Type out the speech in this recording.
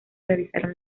realizaron